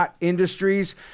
Industries